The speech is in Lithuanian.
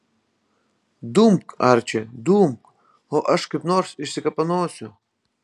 dumk arči dumk o aš kaip nors išsikapanosiu